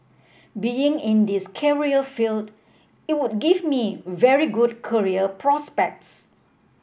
being in this career field it would give me very good career prospects